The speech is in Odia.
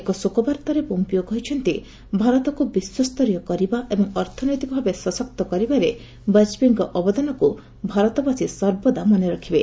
ଏକ ଶୋକବାର୍ତ୍ତାରେ ପୋମ୍ପିଓ କହିଛନ୍ତି ଭାରତକୁ ବିଶ୍ୱସ୍ତରୀୟ କରିବା ଏବଂ ଅର୍ଥନୈତିକ ଭାବେ ସଶସ୍ତ କରିବାରେ ବାଜପେୟୀଙ୍କ ଅବଦାନକୁ ଭାରତବାସୀ ସର୍ବଦା ମନେ ରଖିବେ